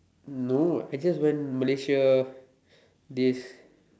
no I just went Malaysia this